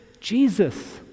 Jesus